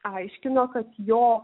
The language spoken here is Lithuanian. aiškino kad jo